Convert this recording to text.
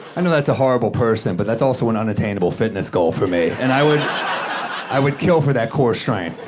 i know that's a horrible person, but that's also an unattainable fitness goal for me, and i would i would kill for that core strength.